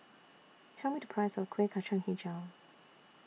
Tell Me The Price of Kueh Kacang Hijau